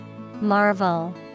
marvel